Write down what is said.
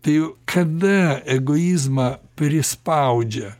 tai kada egoizmą prispaudžia